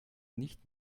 nicht